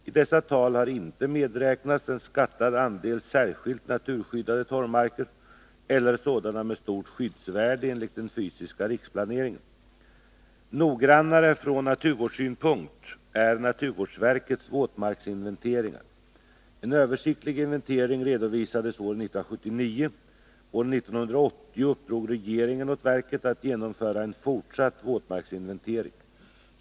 I dessa tal har inte medräknats en skattad andel särskilt naturskyddade torvmarker eller sådana med stort skyddsvärde enligt den Noggrannare från naturvårdssynpunkt är naturvårdsverkets våtmarksinventeringar. En översiktlig inventering redovisades år 1979. År 1980 uppdrog regeringen åt verket att genomföra en fortsatt våtmarksinventering.